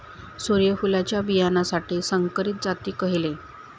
सूर्यफुलाच्या बियानासाठी संकरित जाती खयले?